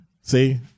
See